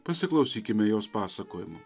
pasiklausykime jos pasakojimų